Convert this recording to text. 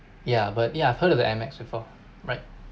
yeah but yeah I've heard of the air max before right